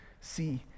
see